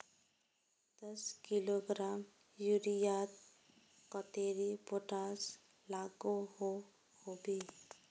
दस किलोग्राम यूरियात कतेरी पोटास लागोहो होबे?